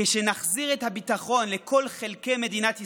כשנחזיר את הביטחון לכל חלקי מדינת ישראל,